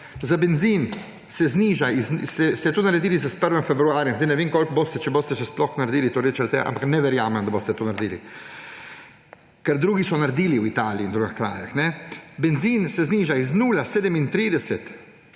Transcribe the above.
Za bencin se zniža, to ste naredili s 1. februarjem, ne vem, koliko boste, če boste sploh še naredili, torej če boste, ampak ne verjamem, da boste to naredili. Ker drugi so naredili, v Italiji in v drugih krajih. Bencin se zniža z 0,37